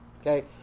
Okay